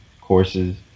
courses